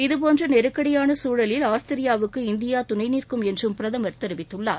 இதுபோன்ற நெருக்கடியாள சூழலில் ஆஸ்திரியாவுக்கு இந்தியா துணை நிற்கும் என்றும் பிரதமர் தெரிவித்துள்ளார்